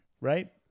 Right